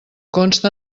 consta